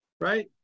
right